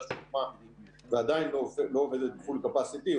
שהוקמה ועדיין לא עובדת בפול קפסיטי.